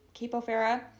Capofera